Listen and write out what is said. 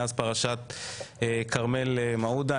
מאז פרשת כרמל מעודה,